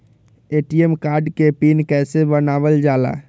ATM card के PIN कैसे बनावल जाला?